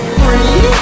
free